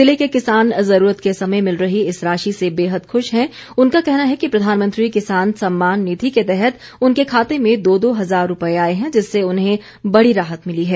ज़िले के किसान जरूरत के समय मिल रही इस राशि से बेहद ख़्श है उनका कहना है कि प्रधानमंत्री किसान सम्मान निधि के तहत उनके खाते में दो दो हजार रुपये आए हैं जिससे उन्हें बड़ी राहत मिली है